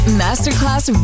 masterclass